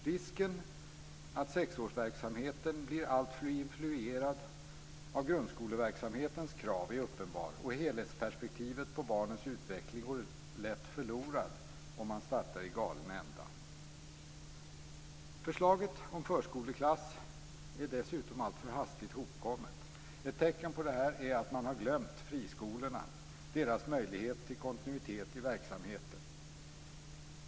Risken att sexårsverksamheten blir alltför influerad av grundskoleverksamhetens krav är uppenbar, och helhetsperspektivet på barnets utveckling går lätt förlorad om man startar i galen ände. Förslaget om förskoleklass är dessutom alltför hastigt hopkommet. Ett tecken på detta är att man har glömt friskolorna och deras möjligheter till kontinuitet i verksamheten.